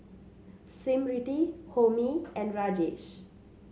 Smriti Homi and Rajesh